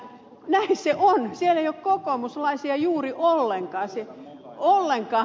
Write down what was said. näin se on siellä ei ole kokoomuslaisia juuri ollenkaan mukana